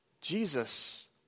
Jesus